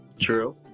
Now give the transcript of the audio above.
true